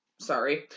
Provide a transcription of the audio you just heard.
sorry